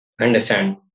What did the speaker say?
understand